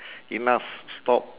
enough stop